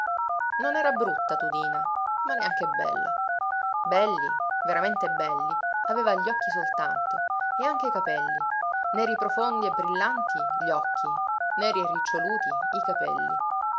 non era brutta tudina ma neanche bella belli veramente belli aveva gli occhi soltanto e anche i capelli neri profondi e brillanti gli occhi neri e riccioluti i capelli